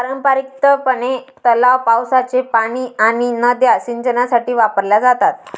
पारंपारिकपणे, तलाव, पावसाचे पाणी आणि नद्या सिंचनासाठी वापरल्या जातात